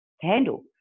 handle